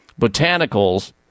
botanicals